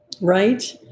Right